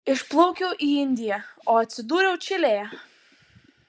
išplaukiau į indiją o atsidūriau čilėje